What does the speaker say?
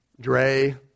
Dre